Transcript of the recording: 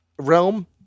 realm